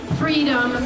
freedom